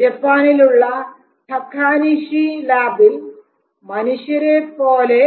ജപ്പാനിൽ ഉള്ള ടാക്കാനിഷി ലാബിൽ മനുഷ്യരെപ്പോലെ